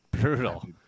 Brutal